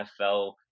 NFL